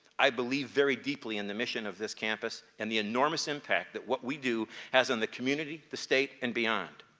i believe very deeply in the mission of this campus, and the enormous impact that what we do has on the community, the state and beyond.